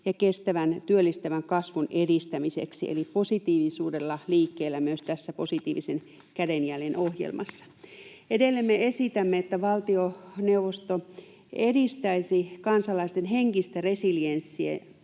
ja kestävän, työllistävän kasvun edistämiseksi. Eli positiivisuudella ollaan liikkeellä myös tässä Positiivinen kädenjälki ‑ohjelmassa. Edelleen me esitämme, että valtioneuvosto edistäisi kansalaisten henkistä resilienssiä